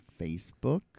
facebook